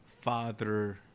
father